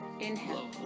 Inhale